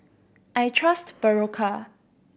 I trust Berocca